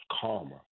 karma